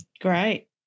great